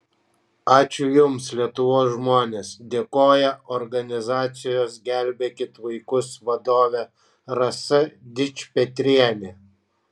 ačiū jums lietuvos žmonės dėkojo organizacijos gelbėkit vaikus vadovė rasa dičpetrienė